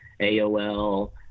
AOL